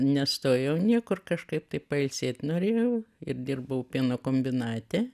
nestojau niekur kažkaip tai pailsėt norėjau ir dirbau pieno kombinate